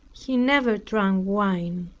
he never drank wine,